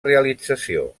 realització